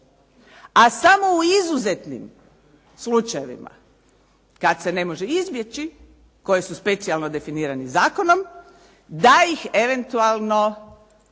A samo u izuzetnim slučajevima kad se ne može izbjeći koje su specijalno definirani zakonom da ih eventualno